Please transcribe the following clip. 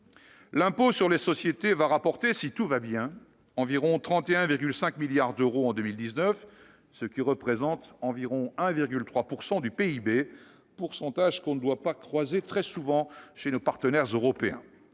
L'impôt sur les sociétés va rapporter, si tout va bien, environ 31,5 milliards d'euros en 2019, ce qui représente approximativement 1,3 % du PIB, pourcentage qu'on ne doit pas croiser très souvent chez nos partenaires européens.